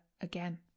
again